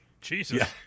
Jesus